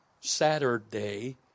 Saturday